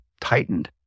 tightened